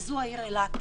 וזה קשור לעיר אילת.